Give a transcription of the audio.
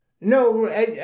No